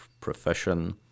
profession